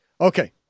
Okay